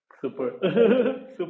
Super